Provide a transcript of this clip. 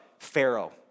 Pharaoh